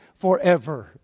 forever